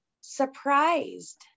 surprised